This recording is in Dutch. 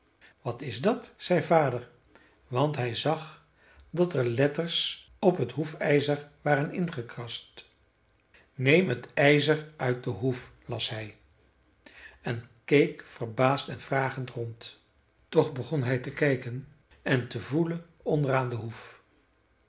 wat is dat zei vader want hij zag dat er letters op het hoefijzer waren ingekrast neem het ijzer uit de hoef las hij en keek verbaasd en vragend rond toch begon hij te kijken en te voelen onder aan de hoef